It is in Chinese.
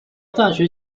大学